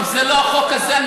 עוד פעם, זה לא החוק הזה.